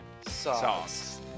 sauce